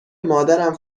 مادرم